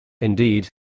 Indeed